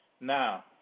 Now